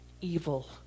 evil